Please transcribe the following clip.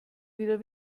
wieder